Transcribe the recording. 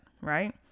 Right